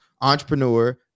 entrepreneur